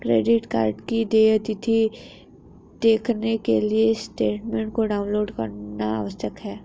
credit card की देय तिथी देखने के लिए स्टेटमेंट को डाउनलोड करना आवश्यक है